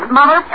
Mother